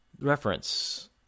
reference